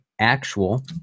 actual